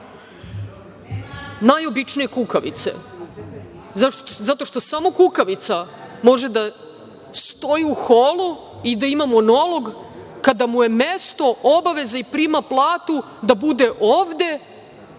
završim. Najobičnije kukavice zato što samo kukavica može da stoji u holu i da ima monolog kada mu je mesto, obaveza i prima platu da bude ovde,